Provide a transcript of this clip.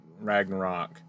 Ragnarok